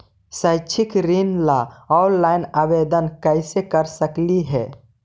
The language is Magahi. शैक्षिक ऋण ला ऑनलाइन आवेदन कैसे कर सकली हे?